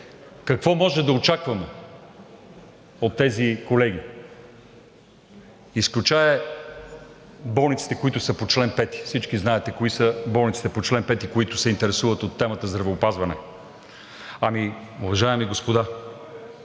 Какво можем да очакваме от тези колеги? Изключая болниците, които са по чл. 5. Всички знаете кои са болниците по чл. 5, които се интересуват от темата здравеопазване. Уважаеми господа,